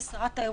כשרת התיירות,